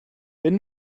wenn